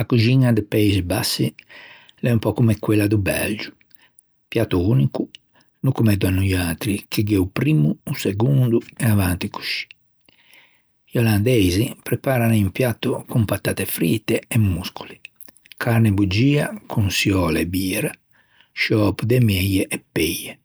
A coxiña di paixi bassi a l'é un pö comme quello do Belgio, piatto unico, no comme da noiatri che gh'é o primmo, o segondo e avanti coscì. I olandeisi preparan un piatto co-e patatte frite e moscoli, carne boggio con çioule e bîra, sciöpo de meie e peie.